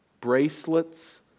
bracelets